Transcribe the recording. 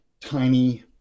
tiny